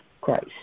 Christ